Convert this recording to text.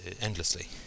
endlessly